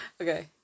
Okay